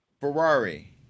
Ferrari